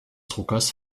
druckers